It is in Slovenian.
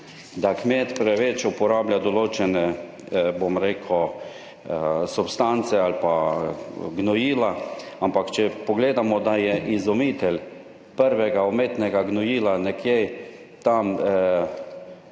da kmet preveč uporablja določene, bom rekel, substance ali pa gnojila, ampak če pogledamo, da je izumitelj prvega umetnega gnojila nekje tam